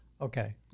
Okay